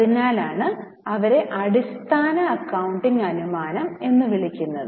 അതിനാലാണ് അവരെ അടിസ്ഥാന അക്കൌണ്ടിംഗ് അനുമാനം എന്ന് വിളിക്കുന്നത്